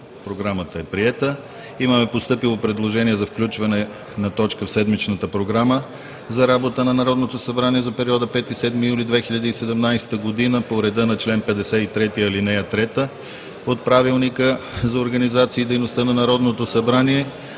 Програмата е приета. Имаме постъпило предложение за включване на точка в седмичната Програма за работа на Народното събрание за периода 5 – 7 юли 2017 г. по реда на чл. 53, ал. 3 от Правилника за организацията и дейността на Народното събрание